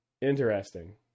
Interesting